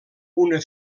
una